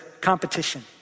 competition